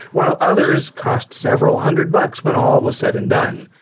while others cost several hundred bucks when all was said and done.